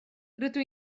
rydw